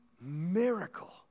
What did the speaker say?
miracle